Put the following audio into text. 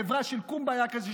חברה של "קומביה" כזה,